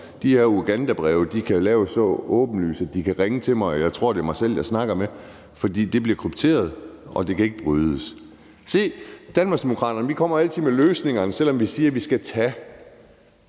de her Ugandabreve kan laves så virkelighedstro, at man kan ringe mig op, og så tror jeg, jeg snakker med mig selv, for det er krypteret, og den kryptering kan ikke brydes op. Danmarksdemokraterne kommer altid med løsningerne, selv om vi siger, at vi skal tage